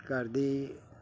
ਘਰ ਦੀ